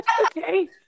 okay